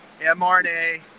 mRNA